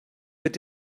wird